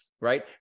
right